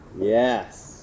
yes